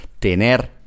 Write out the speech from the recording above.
Tener